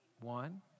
One